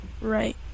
right